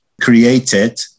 created